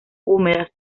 húmedas